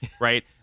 right